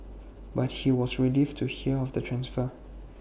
but she was relieved to hear of the transfer